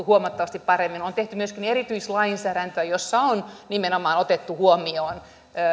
huomattavasti paremmin on tehty myöskin erityislainsäädäntöä jossa on nimenomaan otettu huomioon